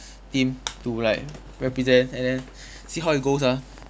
team to like represent and then see how it goes ah